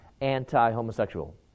anti-homosexual